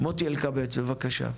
מוטי אלקבץ בבקשה.